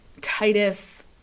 Titus